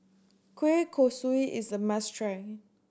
kueh kosui is a must try